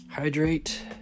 Hydrate